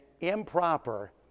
improper